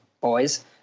boys